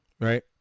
right